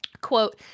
quote